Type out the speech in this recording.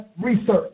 research